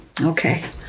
Okay